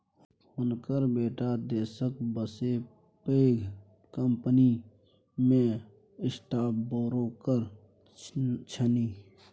हुनकर बेटा देशक बसे पैघ कंपनीमे स्टॉक ब्रोकर छनि